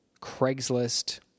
Craigslist